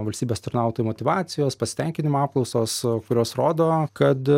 valstybės tarnautojų motyvacijos pasitenkinimo apklausos kurios rodo kad